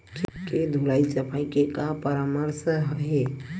के धुलाई सफाई के का परामर्श हे?